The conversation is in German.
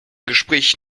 gespräch